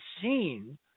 seen